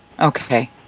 Okay